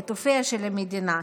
את אופייה של המדינה,